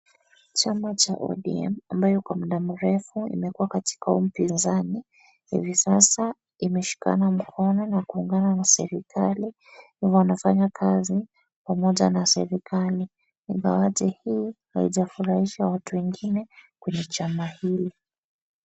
Chama cha ODM ambayo kwa muda mrefu imekua katika upinzani, hivi sasa imeshikana mkono na serikali hivo wanafanya kazi pamoja na serikali .Ingawaje hii haijafurahisha watu wengine kwenye chama hili .